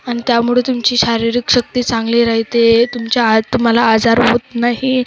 आणि त्यामुळे तुमची शारीरिक शक्ती चांगली राहते तुमच्या आत तुम्हाला आजार होत नाही